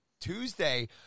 Tuesday